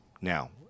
now